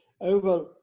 Over